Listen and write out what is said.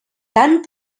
tant